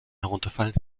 herunterfallen